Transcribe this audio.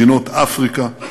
מדינות אפריקה,